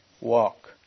walk